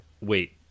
wait